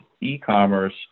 e-commerce